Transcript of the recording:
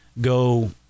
go